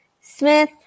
Smith